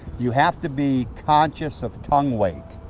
you have to be conscious of tongue weight.